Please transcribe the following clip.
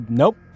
nope